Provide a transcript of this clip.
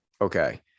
Okay